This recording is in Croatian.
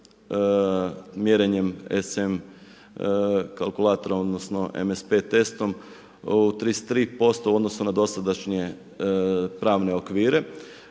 mjerenjem SM kalkulatora odnosno MS pet testom u 33% u odnosu na dosadašnje pravne okvire.